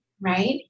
right